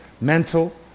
mental